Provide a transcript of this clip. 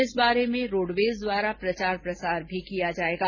इस बारे में रोडवेज द्वारा प्रचार प्रसार भी किया जाएगा